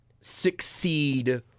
succeed